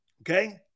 Okay